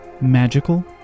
magical